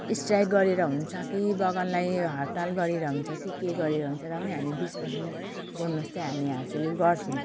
strike गरेर हुन्छ कि बगानलाई हडताल गरेर हुन्छ कि के गरेर हुन्छ र पनि हामी बिस पर्सेन्ट बोनस चाहिँ हामी हासिल गर्छौँ